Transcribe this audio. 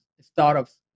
startups